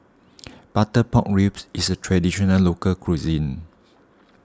Butter Pork Ribs is a Traditional Local Cuisine